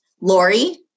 Lori